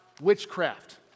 witchcraft